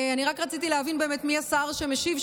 אני רק רציתי להבין באמת מי השר שמשיב,